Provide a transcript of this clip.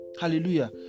Hallelujah